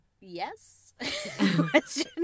Yes